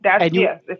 Yes